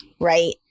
right